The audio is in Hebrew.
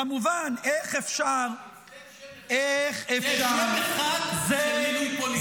איך אפשר --- תן שם אחד של מינוי פוליטי,